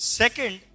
second